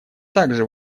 также